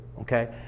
okay